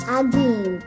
again